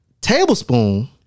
Tablespoon